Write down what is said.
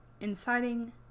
inciting